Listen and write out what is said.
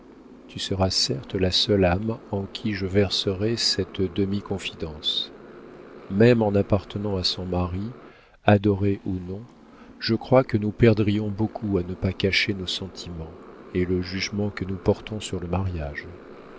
tu seras certes la seule âme en qui je verserai cette demi-confidence même en appartenant à son mari adorée ou non je crois que nous perdrions beaucoup à ne pas cacher nos sentiments et le jugement que nous portons sur le mariage